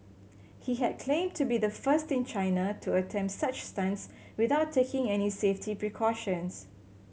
he had claimed to be the first in China to attempt such stunts without taking any safety precautions